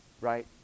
Right